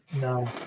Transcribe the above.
no